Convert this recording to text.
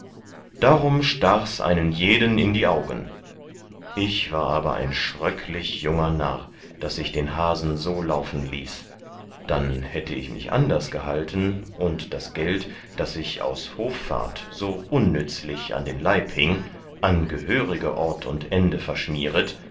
darum stachs einen jeden in die augen ich war aber ein schröcklich junger narr daß ich den hasen so laufen ließ dann hätte ich mich anders gehalten und das geld das ich aus hoffart so unnützlich an den leib hieng an gehörige ort und ende